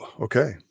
okay